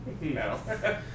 No